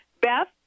Beth